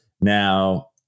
Now